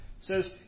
says